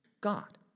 God